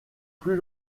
plus